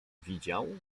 widział